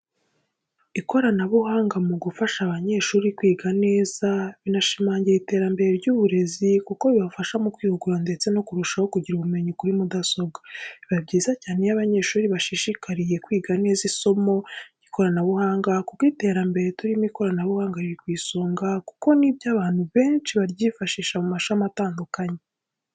Ikoranabuhanga mu gufasha abanyeshuri kwiga neza binashimangira iterambere ry’uburezi kuko bibafasha mu kwihugura ndetse no kurushaho kugira ubumenyi kuri mudasobwa. Biba byiza cyane iyo abanyeshuri bashishikariye kwiga neza isomo ry'ikoranabuhanga kuko mu iterambere turimo ikoranabuhanga riri ku isonga kuko ni byo abantu benshi baryifashisha mu mashami atandukanye.